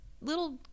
little